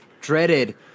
dreaded